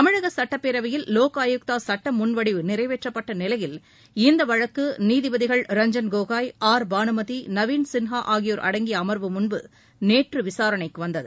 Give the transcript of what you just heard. தமிழக சட்டப்பேரவையில் லோக் ஆயுக்தா சட்ட முன்வடிவு நிறைவேற்றப்பட்ட நிலையில் இந்த வழக்கு நீதிபதிகள் ரஞ்சன் கோகாய் ஆர் பானுமதி நவீன் சின்ஹா ஆகியோா் அடங்கிய அம்வு முன்பு நேற்று விசாரணைக்கு வந்தது